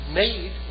made